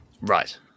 Right